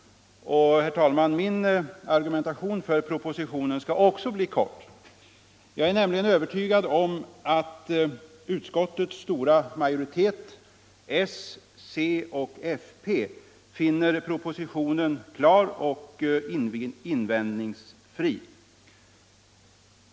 Och, herr talman, min argumentation för propositionen skall också bli kort. Jag är nämligen övertygad om att utskottets stora majoritet — s, c och fp — finner propositionen klar och invändningsfri.